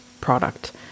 product